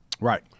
Right